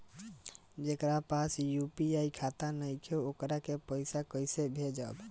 जेकरा पास यू.पी.आई खाता नाईखे वोकरा के पईसा कईसे भेजब?